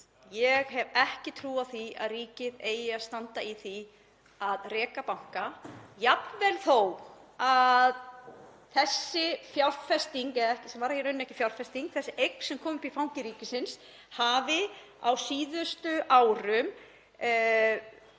Ég hef ekki trú á því að ríkið eigi að standa í því að reka banka, jafnvel þó að þessi fjárfesting — sem var í raun ekki fjárfesting, þetta var eign sem kom upp í fang ríkisins — hafi á síðustu árum